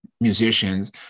musicians